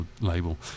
label